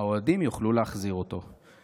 האוהדים יוכלו להחזיר אותו.